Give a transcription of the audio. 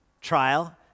trial